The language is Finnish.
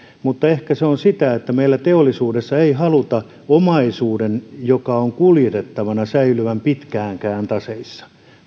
mutta ehkä se on sitä että meillä teollisuudessa ei haluta omaisuuden joka on kuljetettavana säilyvän pitkäänkään taseissa